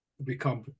become